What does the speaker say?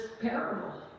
parable